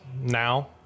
now